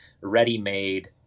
ready-made